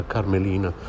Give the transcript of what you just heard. Carmelina